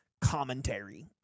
commentary